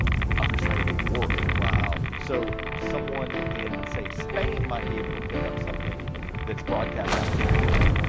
to the other side of the world. wow. so someone in say, spain might be able to pick up something that's broadcast out of japan,